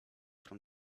from